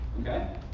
Okay